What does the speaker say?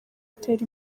utera